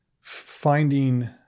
finding